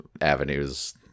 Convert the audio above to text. avenues